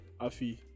Afi